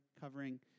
covering